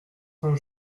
saint